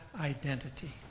identity